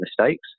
mistakes